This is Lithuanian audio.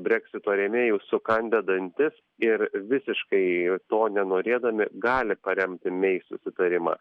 breksito rėmėjų sukandę dantis ir visiškai to nenorėdami gali paremti mei susitarimą